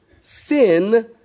sin